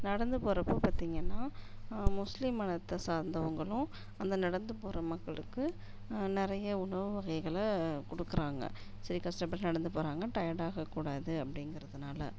நடந்து போகறப்போ பார்த்திங்கன்னா முஸ்லீம் மதத்தை சார்ந்தவங்களும் அந்த நடந்து போகற மக்களுக்கு நிறைய உணவு வகைகளை கொடுக்குறாங்க சரி கஷ்டப்பட்டு நடந்து போகறாங்க டயர்டாகக்கூடாது அப்படிங்கிறதுனால